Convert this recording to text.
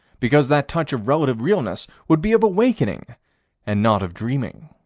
because that touch of relative realness would be of awakening and not of dreaming.